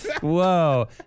whoa